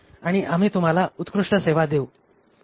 आणि आम्ही तुम्हाला उत्कृष्ट सेवा देऊ